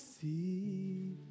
see